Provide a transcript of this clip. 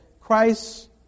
Christ